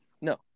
No